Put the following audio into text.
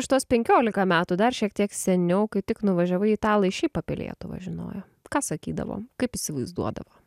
prieš tuos penkiolika metų dar šiek tiek seniau kai tik nuvažiavai italai šiaip apie lietuvą žinojo ką sakydavo kaip įsivaizduodavo